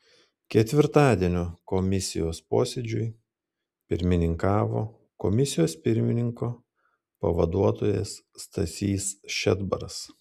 ketvirtadienio komisijos posėdžiui pirmininkavo komisijos pirmininko pavaduotojas stasys šedbaras